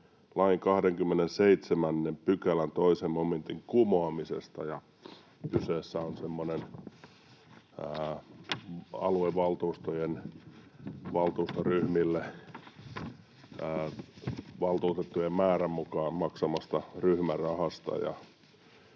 lain 27 §:n 2 momentin kumoamisesta. Kyse on semmoisesta aluevaltuustojen valtuustoryhmille valtuutettujen määrän mukaan maksamasta ryhmärahasta